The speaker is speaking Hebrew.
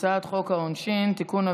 הצעת חוק העונשין (תיקון,